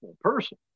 person